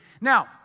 Now